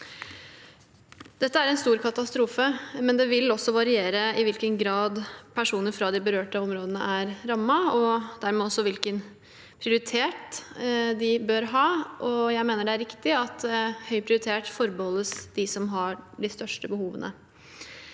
Dette er en stor katastrofe, men det vil også variere i hvilken grad personer fra de berørte områdene er rammet, og dermed også hvilken prioritet de bør ha. Jeg mener det er riktig at høy prioritet forbeholdes dem som har de største behovene.